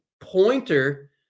pointer